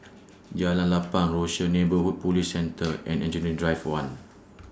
Jalan Lapang Rochor Neighborhood Police Centre and Engineering Drive one